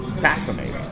fascinating